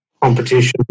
competition